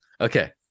Okay